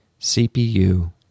CPU